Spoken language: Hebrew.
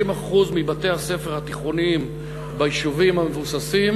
60% מבתי-הספר התיכוניים ביישובים המבוססים